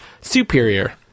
superior